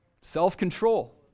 Self-control